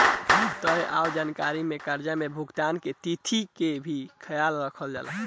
तय आय जानकारी में कर्जा के भुगतान के तिथि के भी ख्याल रखल जाला